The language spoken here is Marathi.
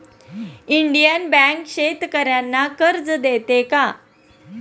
इंडियन बँक शेतकर्यांना कर्ज देते का?